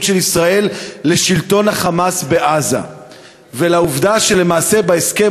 של ישראל לשלטון ה"חמאס" בעזה ולעובדה שלמעשה בהסכם